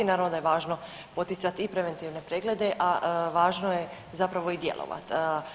Naravno da je važno poticati i preventivne preglede, a važno je zapravo i djelovati.